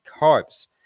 carbs